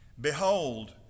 Behold